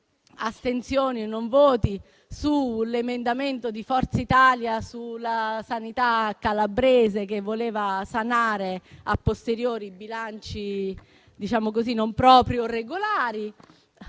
astensioni e non votando l'emendamento di Forza Italia sulla sanità calabrese, che voleva sanare *a posteriori* bilanci - diciamo così